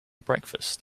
breakfast